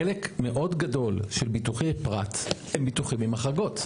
חלק מאוד גדול של ביטוחי פרט הם ביטוחים עם החרגות.